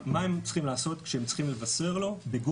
מה הם צריכים לעשות כשהם צריכים לבשר לו שהוא